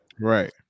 Right